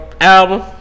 album